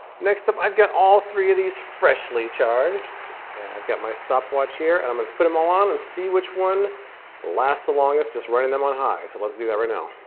next up i've got all three of these freshly charged i've got my stopwatch here and i'm going to put them all on and see which one lasts the longest just running them on high, so let's do that right now.